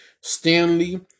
Stanley